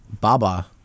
Baba